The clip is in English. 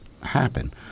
happen